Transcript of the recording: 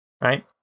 right